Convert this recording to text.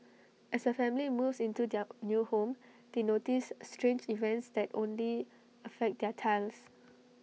as A family moves into their new home they notice strange events that only affect their tiles